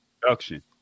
production